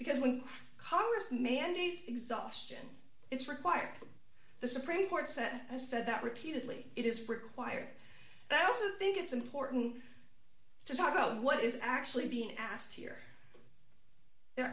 because when congress may anything exhaustion it's required the supreme court said has said that repeatedly it is required and i also think it's important to talk about what is actually being asked here they're